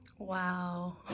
Wow